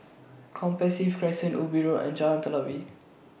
Compassvale Crescent Ubi Road and Jalan Telawi